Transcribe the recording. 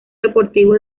deportivo